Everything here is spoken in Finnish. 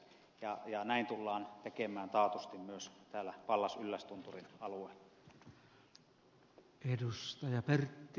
näin tullaan tekemään taatusti myös täällä pallas yllästunturin alueella